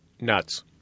nuts